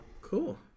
cool